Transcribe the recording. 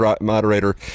moderator